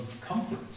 comfort